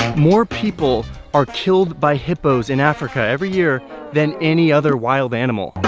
more people are killed by hippos in africa every year than any other wild animal.